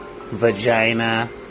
vagina